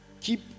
Keep